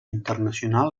internacional